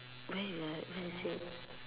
where you ah where is it